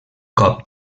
cop